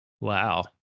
Wow